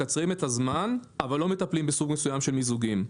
מקצרים את הזמן אבל לא מטפלים בסוג מסוים של מיזוגים.